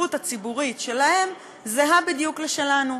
השליחות הציבורית שלהם זהה בדיוק לשלנו.